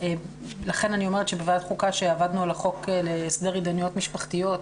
לכן אני אומרת שבוועדת חוקה כשעבדנו על החוק להסדר התדיינויות משפחתיות,